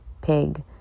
pig